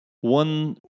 one